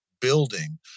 building